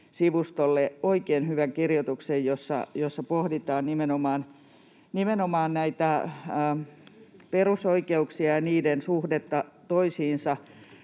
Etiikka.fi-sivustolle oikein hyvän kirjoituksen, jossa pohditaan nimenomaan näitä perusoikeuksia ja niiden suhdetta toisiinsa,